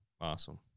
Awesome